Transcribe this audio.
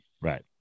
Right